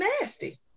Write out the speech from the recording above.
nasty